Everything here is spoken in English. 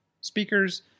speakers